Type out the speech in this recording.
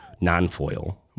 non-foil